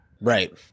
Right